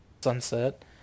sunset